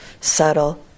subtle